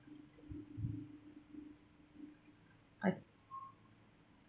I